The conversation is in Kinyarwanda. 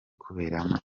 kuberamo